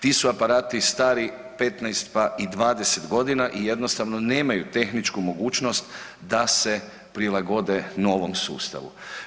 Ti su aparati stari 15 pa i 20 godina i jednostavno nemaju tehničku mogućnost da se prilagode novom sustavu.